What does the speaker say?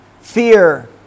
Fear